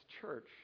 church